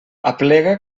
aplega